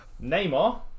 Neymar